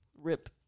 Rip